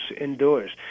indoors